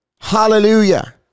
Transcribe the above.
Hallelujah